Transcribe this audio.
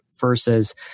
versus